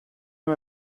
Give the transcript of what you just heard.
how